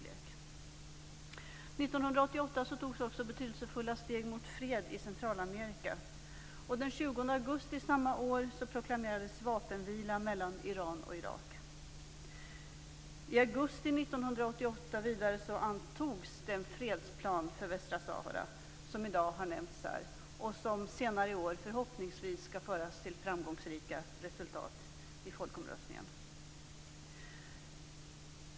År 1988 togs också betydelsefulla steg mot fred i Centralamerika. Den 20 augusti samma år proklamerades vapenvila mellan Iran och Irak. I augusti 1988, vidare, antogs den fredsplan för Västra Sahara som har nämnts här i dag. Västra Sahara skall senare i år förhoppningsvis nå framgångsrika resultat i folkomröstningen.